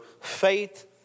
faith